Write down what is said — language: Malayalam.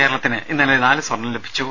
കേരളത്തിന് ഇന്നലെ നാലു സ്വർണ്ണം ലഭിച്ചു